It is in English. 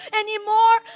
anymore